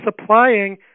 supplying